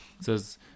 says